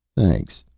thanks,